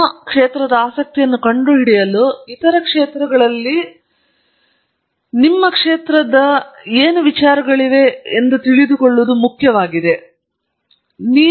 ಹಾಗಾಗಿ ನಿಮ್ಮ ಕ್ಷೇತ್ರದ ಆಸಕ್ತಿಯನ್ನು ಕಂಡುಹಿಡಿಯಲು ಮತ್ತು ಇತರ ಕ್ಷೇತ್ರಗಳಲ್ಲಿ ನಿಮ್ಮ ಕ್ಷೇತ್ರದ ಆಸಕ್ತಿಯನ್ನು ಕಾಪಾಡಿಕೊಳ್ಳಲು ಮುಖ್ಯವಾಗಿದೆ ಎಂದು ನಾನು ಭಾವಿಸುತ್ತೇನೆ